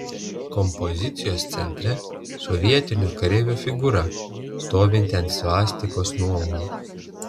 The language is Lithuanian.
kompozicijos centre sovietinio kareivio figūra stovinti ant svastikos nuolaužų